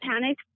panic